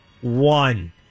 one